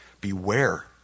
beware